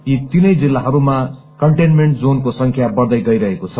यी तीनै जिल्लाहरूमा कन्टेन्मेन्ट जोनको संख्या बढ़दै गइरहेको छ